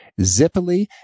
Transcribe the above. zippily